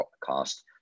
cost